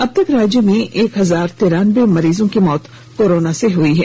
अब तक राज्य में एक हजार तिरानबे मरीज की मौत कोरोना से हुई हैं